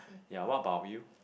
ya what about you